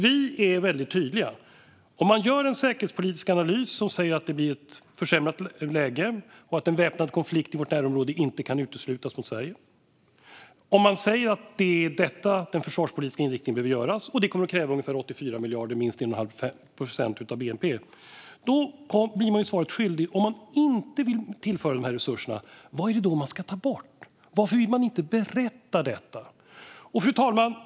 Vi är väldigt tydliga: Om man gör en säkerhetspolitisk analys som säger att det blir ett försämrat läge och att en väpnad konflikt i vårt närområde inte kan uteslutas, om man säger att det är denna försvarspolitiska inriktning som behöver göras och att det kommer att kräva ungefär 84 miljarder eller minst 1,5 procent av bnp, då blir man svaret skyldig om man inte vill tillföra de här resurserna. Vad är det man ska ta bort? Varför vill man inte berätta det? Fru talman!